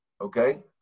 Okay